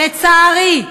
לצערי,